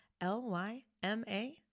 L-Y-M-A